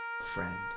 Friend